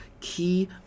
key